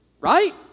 Right